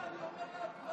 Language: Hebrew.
אמרת "אני עובר להצבעה".